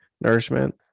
nourishment